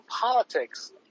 politics